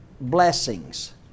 blessings